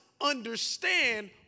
understand